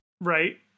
Right